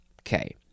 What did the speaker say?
Okay